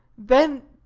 then,